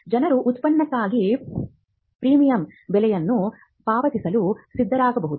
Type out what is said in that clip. ಜನರು ಉತ್ಪನ್ನಕ್ಕಾಗಿ ಪ್ರೀಮಿಯಂ ಬೆಲೆಯನ್ನು ಪಾವತಿಸಲು ಸಿದ್ಧರಿರಬಹುದು